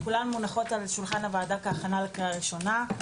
כולן מונחות על שולחן הוועדה כהכנה לקריאה ראשונה.